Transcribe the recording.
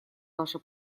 ваше